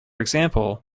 example